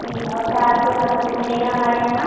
मीठा ओठा आपको सब कुछ मिलेगा हमारे यहाँ